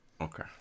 okay